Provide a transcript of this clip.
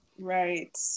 Right